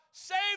Save